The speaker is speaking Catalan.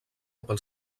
pels